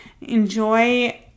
enjoy